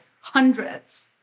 hundreds